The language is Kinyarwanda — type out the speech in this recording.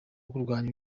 kurwanya